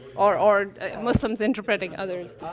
or or muslims interpreting others,